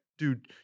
dude